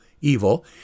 evil